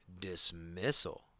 dismissal